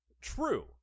True